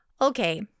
Okay